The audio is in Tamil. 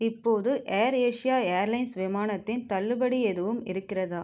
இப்போது ஏர் ஏசியா ஏர்லைன்ஸ் விமானத்தில் தள்ளுபடி எதுவும் இருக்கிறதா